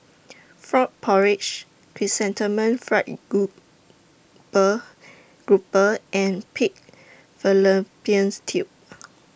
Frog Porridge Chrysanthemum Fried Grouper Grouper and Pig Fallopian's Tubes